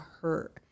hurt